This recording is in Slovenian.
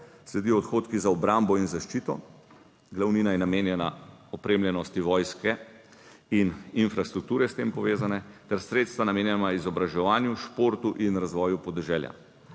Sledijo odhodki za obrambo in zaščito, glavnina je namenjena opremljenosti vojske in infrastrukture, s tem povezane, ter sredstva, namenjena izobraževanju, športu in razvoju podeželja.